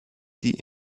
die